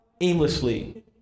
aimlessly